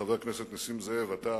חבר הכנסת נסים זאב, אתה